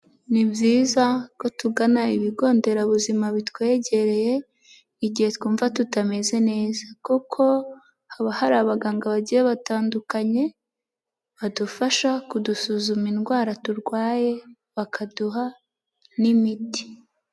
Ni byiza ko tugana ibigo nderabuzima bitwegereye igihe twumva tutameze neza kuko haba hari abaganga bagiye batandukanye badufasha kudusuzuma indwara turwaye bakaduha n'imiti.